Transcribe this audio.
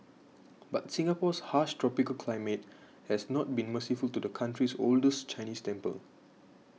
but Singapore's harsh tropical climate has not been merciful to the country's oldest Chinese temple